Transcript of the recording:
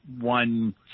one